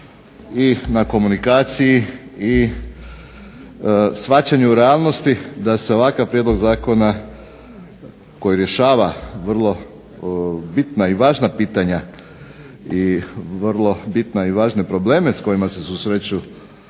i na komunikaciji i shvaćanju realnosti da se ovakav prijedlog zakona koji rješava vrlo bitna i važna pitanja i vrlo bitne i važne probleme s kojima se susreću